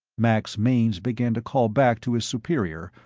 max mainz began to call back to his superior,